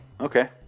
Okay